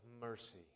mercy